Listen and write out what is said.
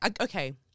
okay